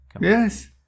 Yes